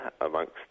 amongst